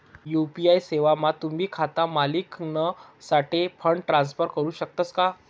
UPI सेवामा तुम्ही खाता मालिकनासाठे फंड ट्रान्सफर करू शकतस का